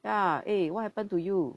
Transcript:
ya eh what happen to you